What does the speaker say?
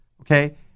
Okay